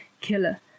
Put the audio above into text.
killer